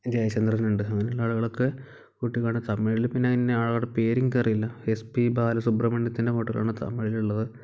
ജയചന്ദ്രൻ ഉണ്ട് അങ്ങനെയുള്ള ആളുകളൊക്കെ കുട്ടിക്കാണ് തമിഴിൽ പിന്നെ ഇന്ന ആളുടെ പേര് എനിക്ക് അറിയില്ല എസ് പി ബാലസുബ്രമണ്യത്തിൻ്റെ മോഡലാണ് തമിഴിൽ ഉള്ളത്